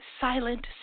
silent